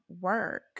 work